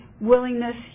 willingness